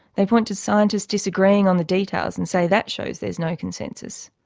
they point to scientists disagreeing on the details and say that shows there is no consensus.